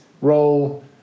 roll